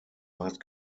meist